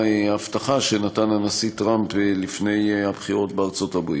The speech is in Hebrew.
הבטחה שנתן הנשיא טראמפ לפני הבחירות בארצות-הברית.